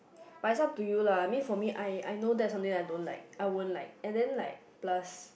but it's up to you lah I mean for me I I know that's something I don't like I won't like and then like plus